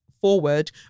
forward